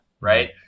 right